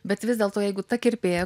bet vis dėlto jeigu ta kirpėja